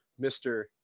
Mr